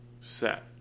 set